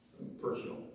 personal